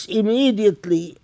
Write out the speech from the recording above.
immediately